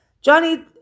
Johnny